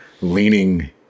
leaning